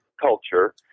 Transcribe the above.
culture